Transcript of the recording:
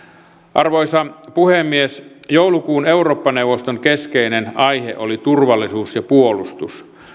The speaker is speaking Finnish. arvoisa puhemies joulukuun eurooppa neuvoston keskeinen aihe oli turvallisuus ja puolustus